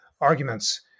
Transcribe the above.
arguments